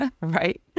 right